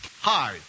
Hi